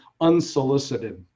unsolicited